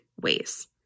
ways